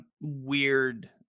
weird